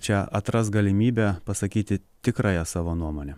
čia atras galimybę pasakyti tikrąją savo nuomonę